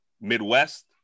Midwest